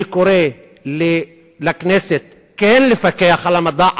אני קורא לכנסת כן לפקח על המדע,